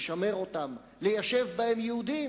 לשמר אותן, ליישב בהן יהודים,